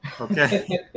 okay